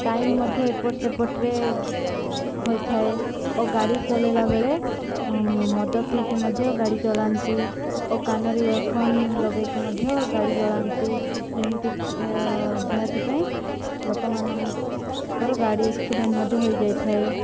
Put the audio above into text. time ମଧ୍ୟ ଏପଟ ସେପଟରେ ହୋଇଥାଏ ଓ ଗାଡ଼ି ଚଲାଇଲା ବେଳେ ମଦ ପିଇକି ମଧ୍ୟ ଗାଡ଼ି ଚଲାନ୍ତି ଓ କାନରେ ଇୟରଫୋନ୍ ଲଗାଇକି ମଧ୍ୟ ଗାଡ଼ି ଚଲାନ୍ତି ଯେମିତି ଯାହାଥିପାଇଁ ଲୋକମାନଙ୍କର ଗାଡ଼ି ଏକ୍ସିଡ଼େଣ୍ଟ ମଧ୍ୟ ହୋଇଯାଇଥାଏ